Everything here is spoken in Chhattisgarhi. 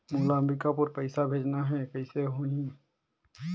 मोला अम्बिकापुर पइसा भेजना है, कइसे होही?